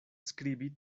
skribi